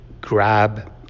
grab